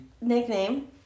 nickname